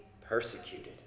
persecuted